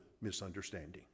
misunderstanding